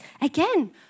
again